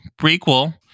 prequel